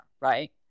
Right